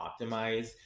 optimize